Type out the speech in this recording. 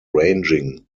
ranging